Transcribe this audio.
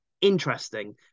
interesting